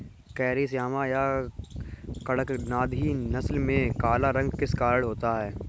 Carry Shyama या कड़कनाथी नस्ल में काला रंग किस कारण होता है?